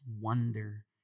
wonder